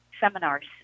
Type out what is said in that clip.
seminars